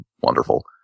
wonderful